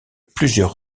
plusieurs